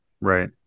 Right